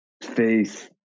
faith